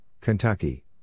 Kentucky